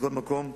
מכל מקום,